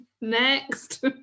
Next